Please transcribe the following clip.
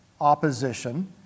opposition